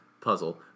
puzzle